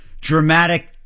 dramatic